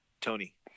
Tony